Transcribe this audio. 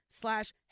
slash